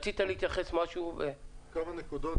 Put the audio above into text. כמה נקודות